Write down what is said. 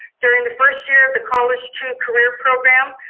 during the first year of the college to career program,